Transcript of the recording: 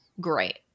great